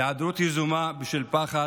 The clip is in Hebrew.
מהיעדרות יזומה בשל פחד,